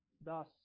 Thus